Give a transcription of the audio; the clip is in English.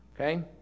Okay